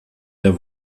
der